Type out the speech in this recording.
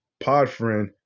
Podfriend